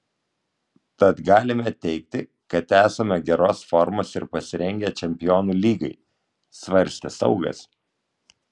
tad galime teigti kad esame geros formos ir pasirengę čempionų lygai svarstė saugas